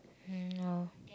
mm no